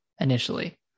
initially